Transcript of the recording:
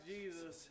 Jesus